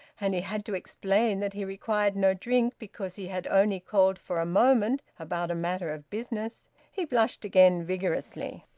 and he had to explain that he required no drink because he had only called for a moment about a matter of business, he blushed again vigorously.